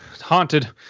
haunted